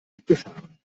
abgefahren